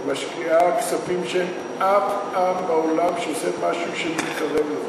ומשקיעה כספים כשאין אף עם בעולם שעושה משהו שמתקרב לזה.